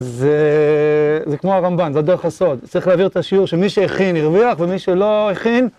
זה כמו הרמב"ן, זה הדרך הסוד, צריך להעביר את השיעור שמי שהכין הרוויח ומי שלא הכין...